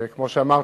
וכמו שאמרתי,